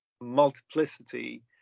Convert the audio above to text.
multiplicity